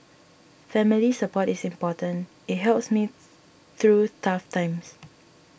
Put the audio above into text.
family support is important it helps me through tough times